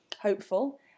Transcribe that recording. hopeful